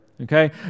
okay